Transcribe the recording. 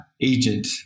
agent